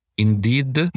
Indeed